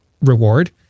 reward